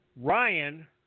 Ryan